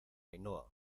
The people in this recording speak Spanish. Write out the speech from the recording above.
ainhoa